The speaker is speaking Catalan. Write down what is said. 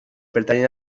pertanyen